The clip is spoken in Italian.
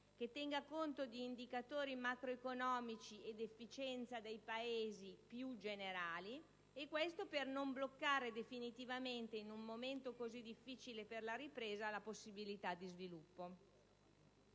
che tenga conto di indicatori macroeconomici e dell'efficienza dei Paesi più in generale. Questo, per non bloccare definitivamente, in un momento così difficile per la ripresa, la possibilità di sviluppo.